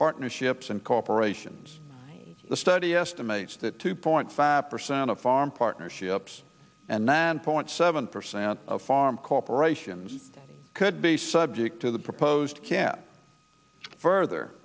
partnerships and corporations the study estimates that two point five percent of farm partnerships and nine point seven percent of farm corporations could be subject to the proposed can further